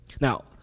Now